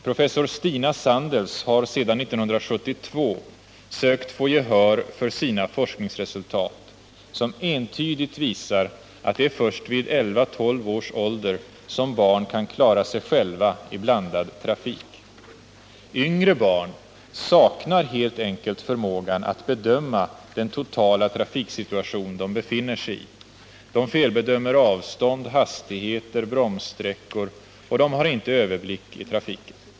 Professor Stina Sandels har sedan 1972 sökt få gehör för sina forskningsresultat, som entydigt visar att det är först vid elva-tolv års ålder som barn kan klara sig själva i blandad trafik. Yngre barn saknar helt enkelt förmågan att bedöma den totala trafiksituation de befinner sig i. De felbedömer avstånd, hastigheter, bromssträckor och de har inte överblick över trafiken.